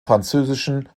französischen